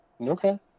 Okay